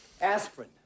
aspirin